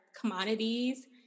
commodities